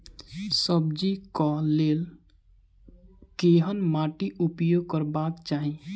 सब्जी कऽ लेल केहन माटि उपयोग करबाक चाहि?